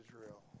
Israel